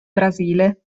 brasile